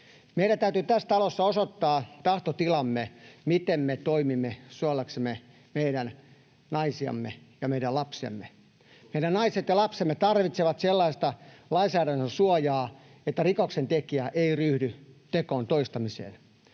Meidän täytyy tässä talossa osoittaa tahtotilamme, miten me toimimme suojellaksemme meidän naisiamme ja meidän lapsiamme. Meidän naiset ja lapset tarvitsevat sellaista lainsäädännön suojaa, että rikoksentekijä ei ryhdy tekoon toistamiseen,